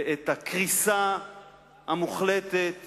ואת הקריסה המוחלטת